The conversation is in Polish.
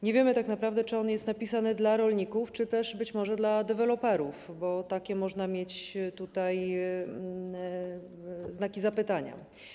Nie wiemy tak naprawdę, czy on jest napisany dla rolników, czy też być może dla deweloperów, bo takie można mieć znaki zapytania.